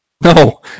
No